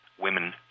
women